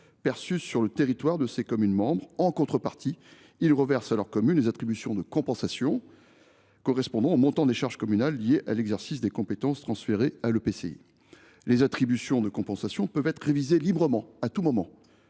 perçue sur le territoire de leurs communes membres. En contrepartie, ils reversent à leurs communes les attributions de compensation correspondant au montant des charges communales liées à l’exercice des compétences transférées à l’EPCI. Les attributions de compensation peuvent être révisées librement, à tout moment.